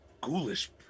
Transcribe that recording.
ghoulish